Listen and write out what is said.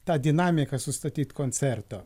tą dinamiką sustatyt koncerto